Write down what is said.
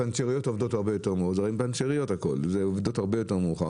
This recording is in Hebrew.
הפנצ'ריות עובדות עד שעה הרבה יותר מאוחרת